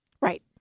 Right